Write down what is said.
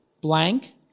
blank